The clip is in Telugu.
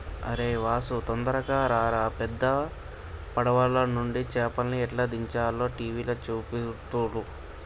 అరేయ్ వాసు తొందరగా రారా పెద్ద పడవలనుండి చేపల్ని ఎట్లా దించుతారో టీవీల చూపెడుతుల్ను